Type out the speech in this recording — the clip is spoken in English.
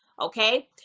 Okay